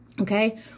okay